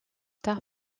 tard